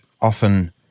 often